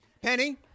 Penny